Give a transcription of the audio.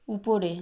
উপরে